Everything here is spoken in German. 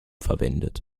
verwendet